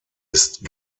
ist